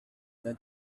that